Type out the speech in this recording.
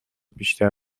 بیشتر